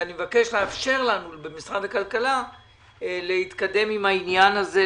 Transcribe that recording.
ואני מבקש לאפשר לנו במשרד הכלכלה להתקדם עם העניין הזה,